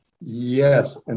Yes